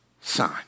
sign